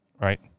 right